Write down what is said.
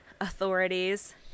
authorities